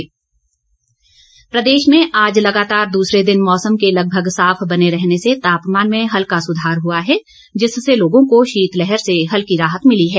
मौसम प्रदेश में आज लगातार दूसरे दिन मौसम के लगभग साफ बने रहने से तापमान में हल्का सुधार हुआ है जिससे लोगों को शीत लहर से हल्की राहत मिली है